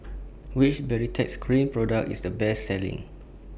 Which Baritex Cream Product IS The Best Selling